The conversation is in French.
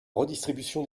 redistribution